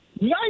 Nice